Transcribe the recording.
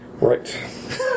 Right